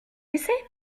laisser